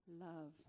love